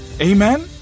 Amen